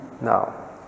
Now